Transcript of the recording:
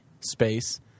space